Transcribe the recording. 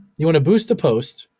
you wanna boost the post,